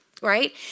right